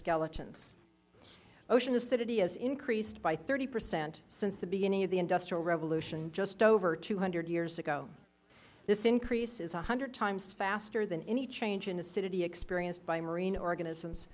skeletons ocean acidity has increased by thirty percent since the beginning of the industrial revolution just over two hundred years ago this increase is one hundred times faster than any change in acidity experienced by marine organisms